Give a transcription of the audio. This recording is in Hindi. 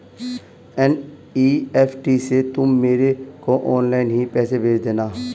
एन.ई.एफ.टी से तुम मेरे को ऑनलाइन ही पैसे भेज देना